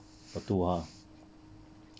got two ha